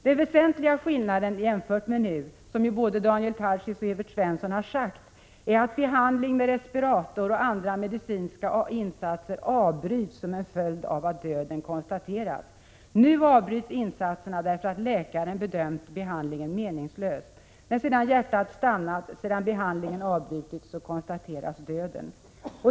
Den väsentliga skillnaden jämfört med nuvarande förhållanden är — som både Daniel Tarschys och Evert Svensson har sagt — att behandling med respirator och andra medicinska insatser avbryts som en följd av att döden konstaterats. Nu avbryts insatserna därför att läkaren bedömt behandlingen som meningslös. När sedan hjärtat stannat och behandlingen avbrutits konstateras döden.